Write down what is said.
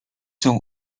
wiedzą